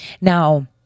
Now